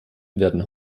werden